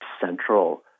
central